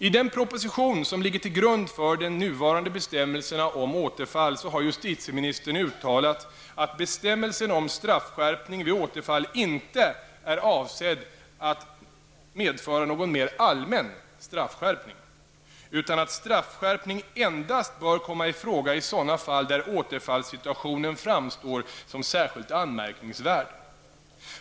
I den proposition som ligger till grund för de nuvarande bestämmelserna om återfall har justitieministern uttalat att bestämmelsen om straffskärpning vid återfall inte är avsedd att medföra någon mer allmän straffskärpning, utan att straffskärpning endast bör komma i fråga i sådana fall där återfallssituationen framstår som särskilt anmärkningsvärd.